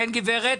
כן, גברת.